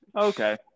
Okay